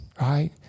right